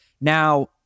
Now